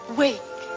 wake